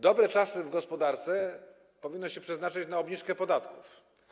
Dobre czasy w gospodarce powinno się przeznaczyć na obniżkę podatków.